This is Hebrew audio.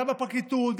גם בפרקליטות,